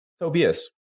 Tobias